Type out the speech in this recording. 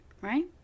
right